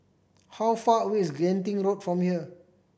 how far away is Genting Road from here